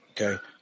Okay